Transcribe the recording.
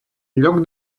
lloc